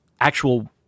actual